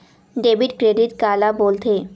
Debit credit काला बोल थे?